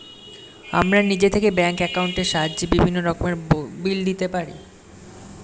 আমরা নিজে থেকেই ব্যাঙ্ক অ্যাকাউন্টের সাহায্যে বিভিন্ন রকমের বিল দিতে পারি